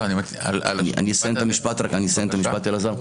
אני אסיים את המשפט, אלעזר.